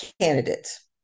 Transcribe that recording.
candidates